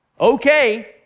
okay